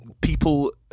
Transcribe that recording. People